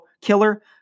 killer